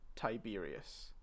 Tiberius